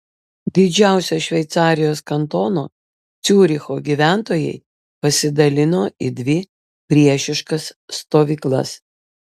didžiausio šveicarijos kantono ciuricho gyventojai pasidalino į dvi priešiškas stovyklas